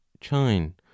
chine